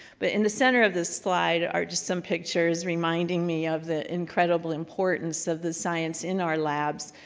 but in the center of the slide are just some pictures reminding me of the incredible importance of the science in our labs,